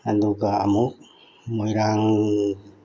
ꯑꯗꯨꯒ ꯑꯃꯨꯛ ꯃꯣꯏꯔꯥꯡ